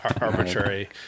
arbitrary